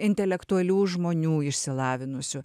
intelektualių žmonių išsilavinusių